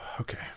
Okay